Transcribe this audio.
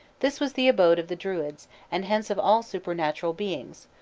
this was the abode of the druids, and hence of all supernatural beings,